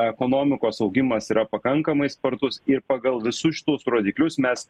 ekonomikos augimas yra pakankamai spartus ir pagal visus šituos rodiklius mes